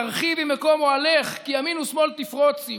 "הרחיבי מקום אהֳלך, כי ימין ושמאול תפרֹצי".